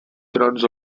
trons